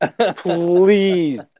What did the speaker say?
Please